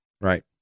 Right